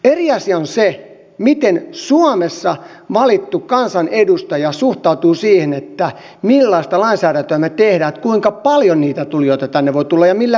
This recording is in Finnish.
eri asia on se miten suomessa valittu kansanedustaja suhtautuu siihen millaista lainsäädäntöä me teemme että kuinka paljon niitä tulijoita tänne voi tulla ja millä perusteella